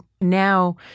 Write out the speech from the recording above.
now